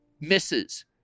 misses